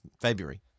February